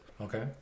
Okay